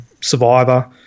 Survivor